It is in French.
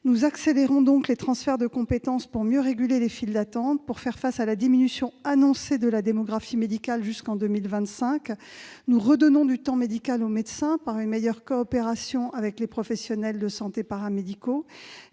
nous accélérons les transferts de compétences pour mieux réguler les files d'attente et faire face à la diminution annoncée de la démographie médicale jusqu'en 2025. Nous cherchons à redonner du temps médical aux médecins par une meilleure coopération avec les professionnels de santé paramédicaux